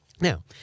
Now